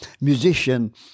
musician